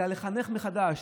אלא לחנך מחדש.